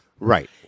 Right